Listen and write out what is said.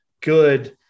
good